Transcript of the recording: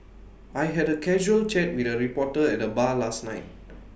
I had A casual chat with A reporter at the bar last night